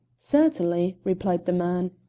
certainly, replied the man.